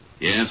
Yes